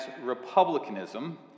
republicanism